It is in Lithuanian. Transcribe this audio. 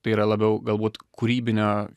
tai yra labiau galbūt kūrybinio